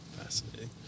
Fascinating